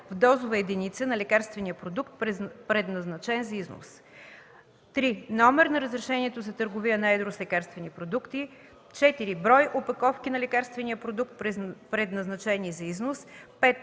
в дозова единица на лекарствения продукт, предназначен за износ; 3. номер на разрешението за търговия на едро с лекарствени продукти; 4. брой опаковки на лекарствения продукт, предназначени за износ; 5.